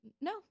No